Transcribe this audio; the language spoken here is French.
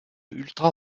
ultra